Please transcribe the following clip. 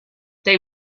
they